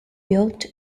yacht